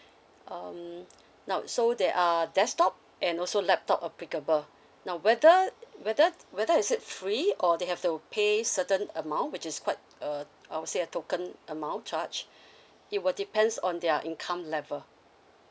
um now so there are desktop and also laptop applicable now whether whether whether is it free or they have to pay certain amount which is quite uh I would say a token amount charged it will depends on their income level